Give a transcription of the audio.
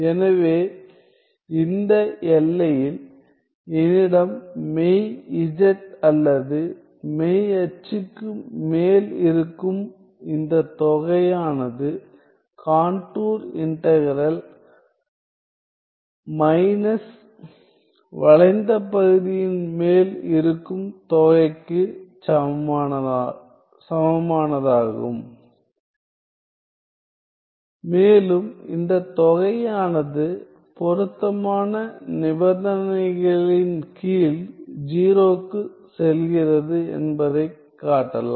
எனவே இந்த எல்லையில் என்னிடம் மெய் z அல்லது மெய் அச்சுக்கு மேல் இருக்கும் இந்த தொகை ஆனது கான்டூர் இன்டகிறல் மைனஸ் வளைந்த பகுதியின் மேல் இருக்கும் தொகைக்கு சமமானதாகும் மேலும் இந்த தொகை ஆனது பொருத்தமான நிபந்தனைகளின் கீழ் 0 க்குச் செல்கிறது என்பதைக் காட்டலாம்